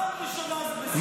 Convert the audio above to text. מה ההמלצה שלך, לתמוך בסרבנות?